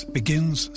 begins